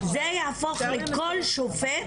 זה יגרום לכל שופט